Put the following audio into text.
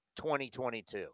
2022